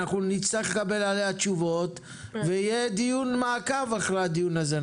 נצטרך לקבל עליה תשובות ויהיה דיון מעקב אחרי הדיון הזה,